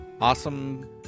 awesome